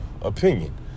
opinion